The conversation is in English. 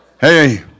Hey